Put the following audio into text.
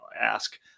ask